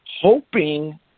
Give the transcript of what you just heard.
hoping